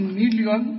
million